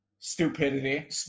Stupidity